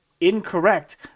incorrect